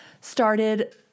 started